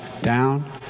down